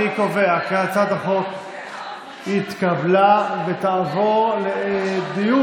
אני קובע כי הצעת החוק התקבלה ותעבור לדיון